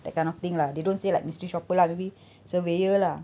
that kind of thing lah they don't say like mystery shopper lah maybe surveyor lah